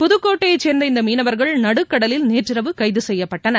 புதுக்கோட்டையைசேர்ந்த இந்தமீனவர்கள் நடுக்கடலில் நேற்றிரவு கைதுசெய்யப்பட்டனர்